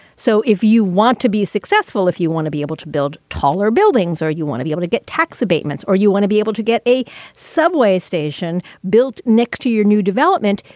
so if you want to be successful, if you want to be able to build taller buildings or you want to be able to get tax abatements or you want to be able to get a subway station built next to your new development,